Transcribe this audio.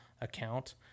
account